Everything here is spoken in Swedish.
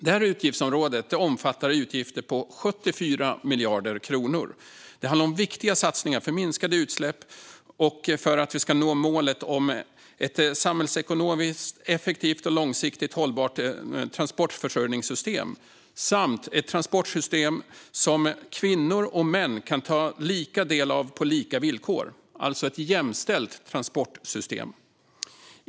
Det här utgiftsområdet omfattar utgifter på 74 miljarder kronor. Det handlar om viktiga satsningar för minskade utsläpp och för att vi ska nå målet om ett samhällsekonomiskt effektivt och långsiktigt hållbart transportförsörjningssystem, liksom ett transportsystem som kvinnor och män kan ta del av på lika villkor - alltså ett jämställt transportsystem.